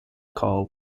call